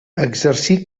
exercí